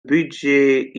budget